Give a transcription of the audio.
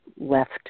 left